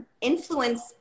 influence